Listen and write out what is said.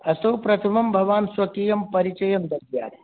अस्तु प्रथमं भवान् स्वकीयं परिचयं दद्यात्